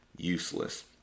Useless